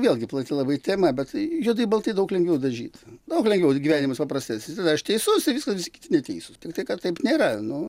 vėlgi plati labai tema bet tai juodai baltai daug lengviau dažyt daug lengviau gyvenimas paprastesnis tada aš teisus ir viskas ir visi kiti neteisūs tiktai kad taip nėra nu